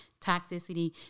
toxicity